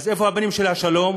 אז איפה הפנים של השלום?